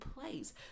place